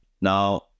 Now